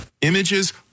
images